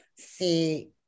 see